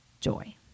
joy